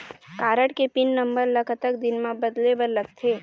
Card के pin number ला कतक दिन म बदले बर लगथे?